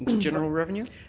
general revenue?